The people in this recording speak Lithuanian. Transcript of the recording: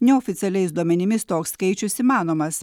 neoficialiais duomenimis toks skaičius įmanomas